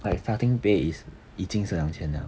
like starting pay is 已经是两千 liao